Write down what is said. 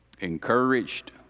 encouraged